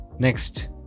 Next